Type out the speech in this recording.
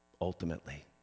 Ultimately